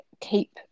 keep